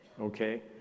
okay